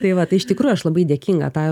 tai va tai iš tikrųjų aš labai dėkinga ta